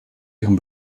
ihrem